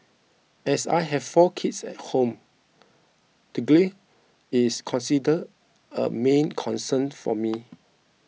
as I have four kids at home the grille is considered a main concern for me